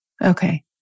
Okay